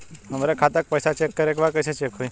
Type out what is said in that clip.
हमरे खाता के पैसा चेक करें बा कैसे चेक होई?